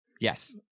Yes